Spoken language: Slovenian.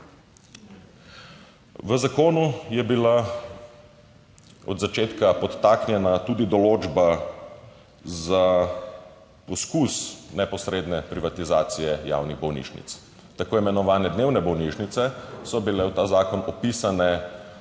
V zakonu je bila od začetka podtaknjena tudi določba za poskus neposredne privatizacije javnih bolnišnic. Tako imenovane dnevne bolnišnice so bile v ta zakon vpisane